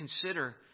consider